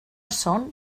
són